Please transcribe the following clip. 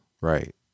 Right